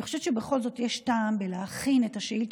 אני חושבת שבכל זאת יש טעם בלהכין את השאילתה